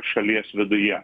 šalies viduje